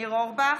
ניר אורבך,